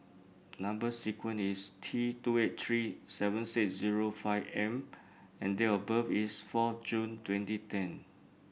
number sequence is T two eight three seven six zero five M and date of birth is four June twenty ten